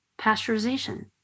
pasteurization